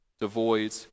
devoid